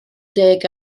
deg